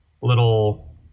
little